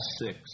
six